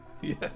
Yes